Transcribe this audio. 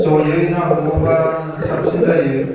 जयै ना हमोबा साबसिन जायो